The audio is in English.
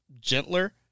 gentler